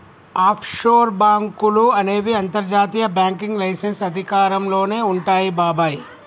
offshore బాంకులు అనేవి అంతర్జాతీయ బ్యాంకింగ్ లైసెన్స్ అధికారంలోనే వుంటాయి బాబాయ్